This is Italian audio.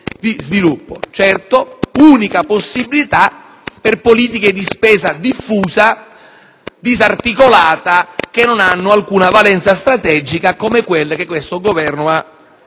di sviluppo, certo unica possibilità per politiche di spesa diffusa e disarticolata che non hanno alcuna valenza strategica, come quelle che questo Governo ha